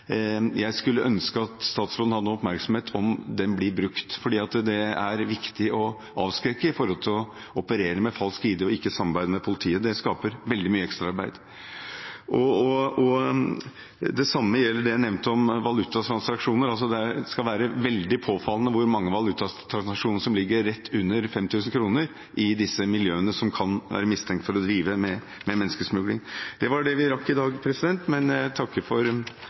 skulle jeg ønske statsråden har oppmerksomhet på om blir brukt. Det er viktig å avskrekke når det gjelder å operere med falsk ID og ikke samarbeide med politiet. Det skaper veldig mye ekstraarbeid. Det samme gjelder det jeg nevnte om valutatransaksjoner. Det skal være veldig påfallende hvor mange valutatransaksjoner som ligger rett under 5 000 kr, i disse miljøene som kan være mistenkt for å drive med menneskesmugling. Det var det vi rakk i dag, men jeg takker for